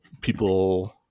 people